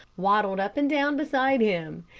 waddled up and down beside him.